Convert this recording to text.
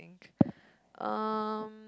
um